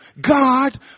God